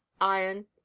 iron